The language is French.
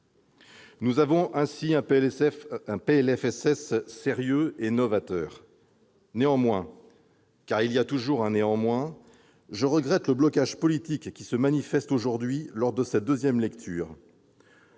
nous est soumis est donc sérieux et novateur. Néanmoins, car il y a toujours un néanmoins, je regrette le blocage politique qui se manifeste aujourd'hui, à l'occasion de cette nouvelle lecture.